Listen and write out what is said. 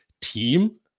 team